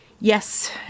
Yes